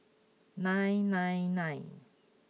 nine nine nine